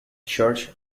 church